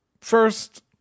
first